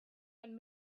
and